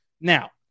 Now